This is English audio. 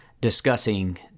discussing